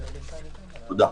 תודה.